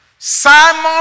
Simon